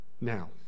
Now